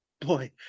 Boy